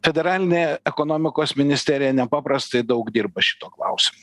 federalinė ekonomikos ministerija nepaprastai daug dirba šituo klausimu